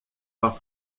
avoir